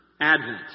Advent